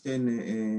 ולא בני ציון שעובד ככה,